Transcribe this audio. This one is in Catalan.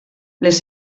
les